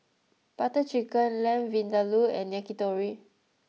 Butter Chicken Lamb Vindaloo and Yakitori